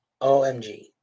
OMG